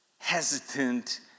hesitant